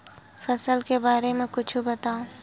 फसल के बारे मा कुछु बतावव